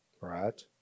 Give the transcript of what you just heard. Right